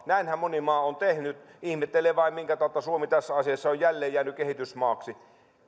näinhän moni maa on tehnyt ihmettelen vain minkä tautta suomi tässä asiassa on jälleen jäänyt kehitysmaaksi